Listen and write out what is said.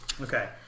Okay